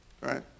Right